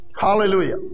Hallelujah